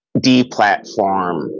deplatform